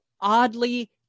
oddly